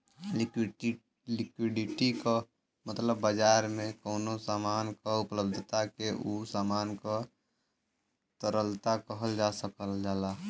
liquidity क मतलब बाजार में कउनो सामान क उपलब्धता के उ सामान क तरलता कहल जा सकल जाला